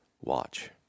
watch